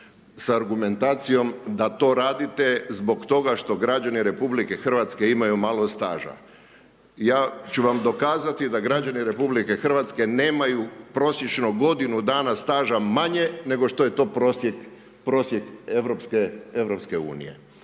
sa argumentacijom da to radite zbog toga što građani RH imaju malo staža. Ja ću vam dokazati da građani RH nemaju prosječno godinu dana staža manje nego što je to prosjek EU-a. U cijeloj